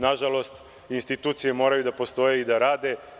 Na žalost, institucije moraju da postoje i da rade.